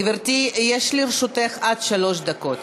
גברתי, יש לרשותך עד שלוש דקות.